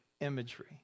imagery